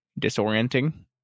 disorienting